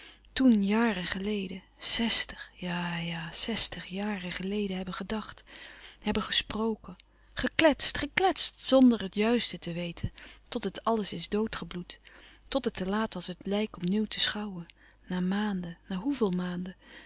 toen jaren geleden zestig ja-ja zestig jaren geleden hebben gedacht hebben gesproken gekletst gekletst zonder het juiste te weten totdat het alles is doodgebloed tot het te laat was het lijk op nieuw te schouwen na maanden na hoeveel maanden